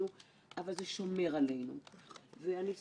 אי אפשר בלי מילות פרידה.